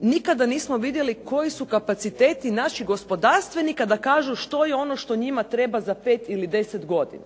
nikada nismo vidjeli koji su kapaciteti naših gospodarstvenika da kažu što je ono što njima treba za pet ili deset godina.